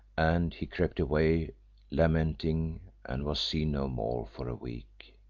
and he crept away lamenting and was seen no more for a week.